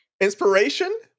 inspiration